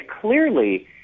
clearly